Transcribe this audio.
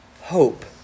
Hope